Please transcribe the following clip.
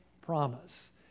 promise